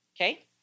Okay